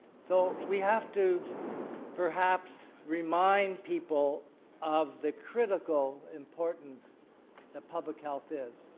so we have to perhaps remind people of the critical importance that public health is,